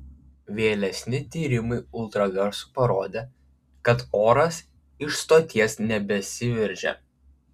vėlesni tyrimai ultragarsu parodė kad oras iš stoties nebesiveržia